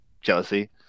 jealousy